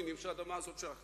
נותנים אותה בתשלום